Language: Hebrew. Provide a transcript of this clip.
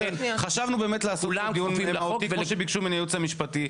חשבנו לעשות את הדיון כמו שביקשו ממני הייעוץ המשפטי,